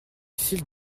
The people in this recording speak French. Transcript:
file